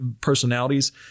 personalities